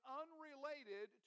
unrelated